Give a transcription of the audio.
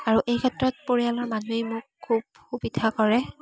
আৰু এই ক্ষেত্ৰত পৰিয়ালৰ মানুহে মোক খুব সুবিধা কৰে